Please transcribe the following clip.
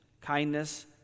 kindness